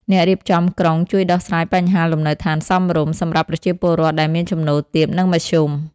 អ្នករៀបចំក្រុងជួយដោះស្រាយបញ្ហាលំនៅដ្ឋានសមរម្យ សម្រាប់ប្រជាពលរដ្ឋដែលមានចំណូលទាប និងមធ្យម។